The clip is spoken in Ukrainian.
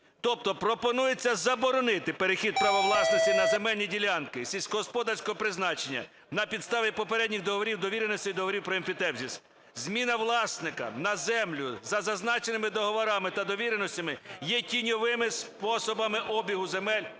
Тобто пропонується заборонити перехід права власності на земельні ділянки сільськогосподарського призначення на підставі попередніх договорів, довіреностей, договорів про емфітевзис. Зміна власника на землю за зазначеними договорами та довіреностями є тіньовими способами обігу земель